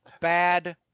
Bad